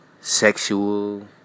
sexual